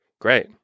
Great